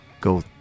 go